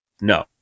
No